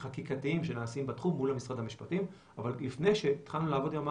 חקיקתיים שנעשים בתחום מול משרד המשפטים אבל לפני שהתחלנו לעבוד עם המערכת,